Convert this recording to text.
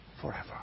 forever